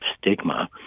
stigma